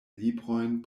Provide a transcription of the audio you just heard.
librojn